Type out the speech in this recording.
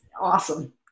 awesome